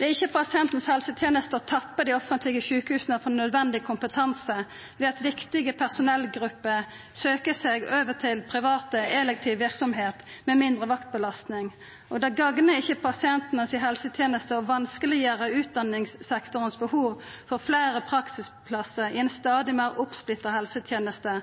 Det er ikkje pasientens helseteneste å tappa dei offentlege sjukehusa for nødvendig kompetanse ved at viktige personellgrupper søkjer seg over til privat elektiv verksemd med mindre vaktbelastning, og det gagnar ikkje pasientens helseteneste å gjera det vanskeleg for utdanningssektoren, som har behov for fleire praksisplassar i ei stadig meir oppsplitta helseteneste.